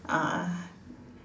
uh